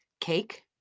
Cake